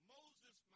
Moses